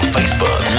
Facebook